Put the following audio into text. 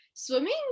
Swimming